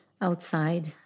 outside